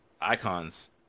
icons